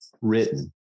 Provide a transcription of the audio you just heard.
written